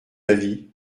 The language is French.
avis